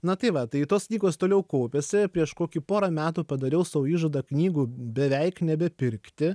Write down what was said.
na tai va tai tos knygos toliau kaupiasi ir prieš kokį porą metų padariau sau įžadą knygų beveik nebepirkti